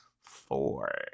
four